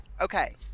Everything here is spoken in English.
okay